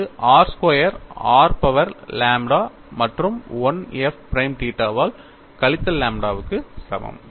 இது r square r power lambda மற்றும் 1 f prime தீட்டாவால் கழித்தல் லாம்ப்டாவுக்கு சமம்